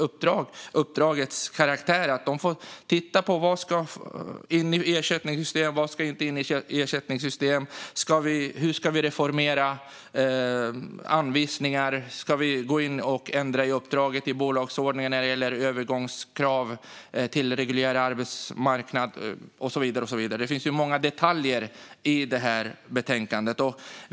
Uppdragets karaktär är att titta på vad som ska in och vad som inte ska in i ersättningssystem, hur anvisningar ska reformeras, om uppdraget ska ändras i bolagsordningen när det gäller övergångskrav till reguljär arbetsmarknad och så vidare. Det finns många detaljer i betänkandet.